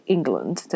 England